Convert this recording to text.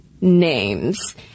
names